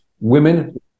Women